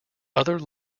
other